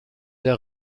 der